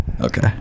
Okay